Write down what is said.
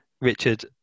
richard